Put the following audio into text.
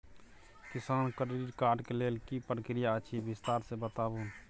किसान credit card के लेल की प्रक्रिया अछि विस्तार से बताबू?